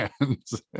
hands